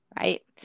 right